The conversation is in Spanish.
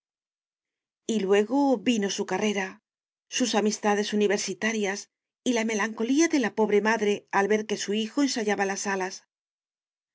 luego vino su carrera sus amistades universitarias y la melancolía de la pobre madre al ver que su hijo ensayaba las alas